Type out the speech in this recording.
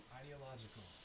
ideological